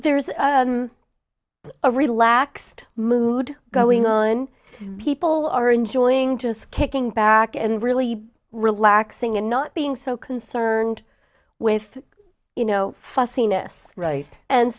there's a relaxed mood going on people are enjoying just kicking back and really relaxing and not being so concerned with you know fussiness right and